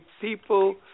people